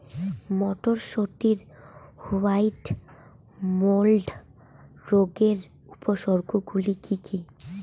মটরশুটির white mould রোগের উপসর্গগুলি কী কী?